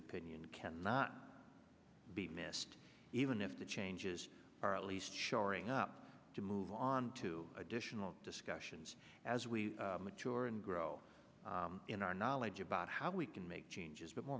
opinion cannot be missed even if the changes are at least shoring up to move on to additional discussions as we mature and grow in our knowledge about how we can make changes but more